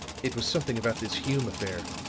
it was something about this hume affair,